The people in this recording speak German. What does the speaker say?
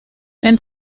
wenn